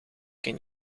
ken